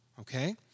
Okay